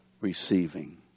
Receiving